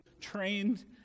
trained